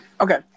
okay